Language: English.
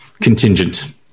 contingent